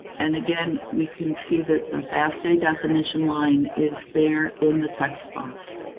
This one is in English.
and again, we can see that the fasta definition line is there in the text box.